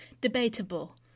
Debatable